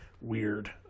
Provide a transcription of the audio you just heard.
weird